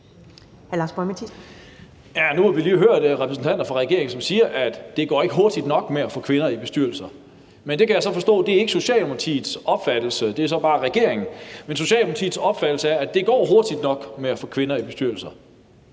Nu har vi lige hørt repræsentanter for regeringen sige, at det ikke går hurtigt nok med at få kvinder i bestyrelser, men det kan jeg så forstå ikke er Socialdemokratiets opfattelse. Det er bare regeringens. Men Socialdemokratiets opfattelse er, at det går hurtigt nok med at få kvinder i bestyrelser.